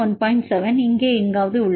7 இங்கே எங்காவது உள்ளதா